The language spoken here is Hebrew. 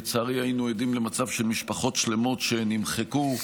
לצערי היינו עדים למצב של משפחות שלמות שנמחקו,